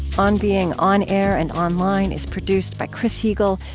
on being on air and online is produced by chris heagle,